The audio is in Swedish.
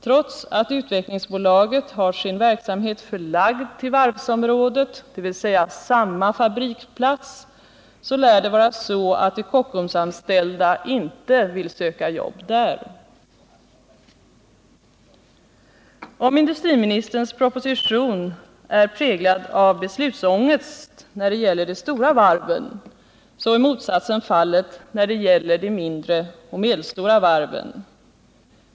Trots att utvecklingsbolaget har sin verksamhet förlagd till varvsområdet, dvs. samma fabriksplats, så lär det vara så att de Kockumsanställda inte vill söka jobb hos utvecklingsbolaget. Om industriministerns proposition är präglad av beslutsångest när det gäller de stora varven så är motsatsen fallet när det gäller de mindre och medelstora varven.